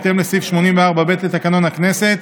בהתאם לסעיף 84(ב) לתקנון הכנסת,